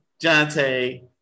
Jante